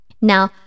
Now